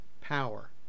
power